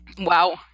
Wow